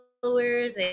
followers